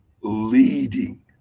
leading